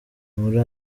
muri